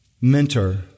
mentor